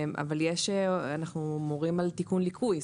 אנחנו מורים על תיקון ליקוי.